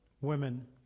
women